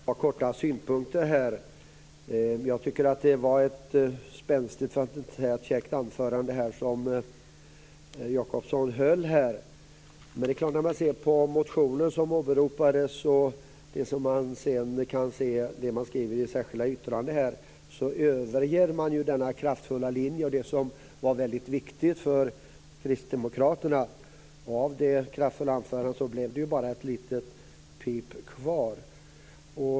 Fru talman! Jag har bara ett par korta synpunkter. Jag tycker att det var ett spänstigt, för att inte säga käckt, anförande som Jacobsson höll. Men sett till de motioner som åberopades och det man skriver i sitt särskilda yttrande överger man nu den kraftfulla linje som varit så väldigt viktig för kristdemokraterna. Av det kraftfulla anförandet blev det bara ett litet pip kvar.